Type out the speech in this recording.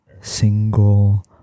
single